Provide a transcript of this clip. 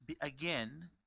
again